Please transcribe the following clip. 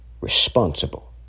Responsible